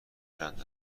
چند